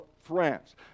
France